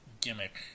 gimmick